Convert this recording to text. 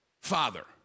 Father